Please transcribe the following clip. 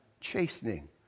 chastening